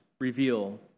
reveal